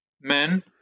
men